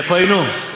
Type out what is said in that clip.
איפה היינו?